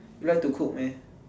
you like to cook meh